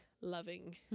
loving